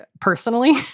personally